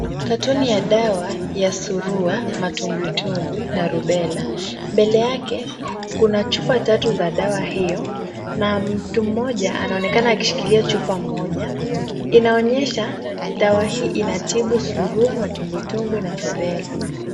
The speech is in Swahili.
Katoni ya dawa ya Surua, Matumbwitumbwi na Rubella, mbele yake kuna chupa tatu za dawa hiyo na mtu mmoja anaonekana akishikilia chupa moja. Inaonyesha dawa hii inatibu Surua, Matumbwitumbwi na Rubella.